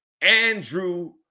Andrew